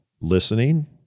listening